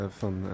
van